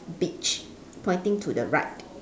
beach pointing to the right